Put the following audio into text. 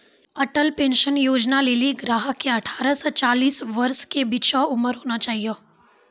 Atal pension योजना लेली ग्राहक के अठारह से चालीस वर्ष के बीचो उमर होना चाहियो